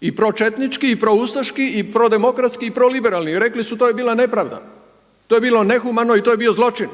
i pročetnički, i proustaški, i prodemokratski i proliberalni i rekli su to je bila nepravda, to je bilo nehumano i to je bio zločin